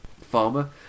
farmer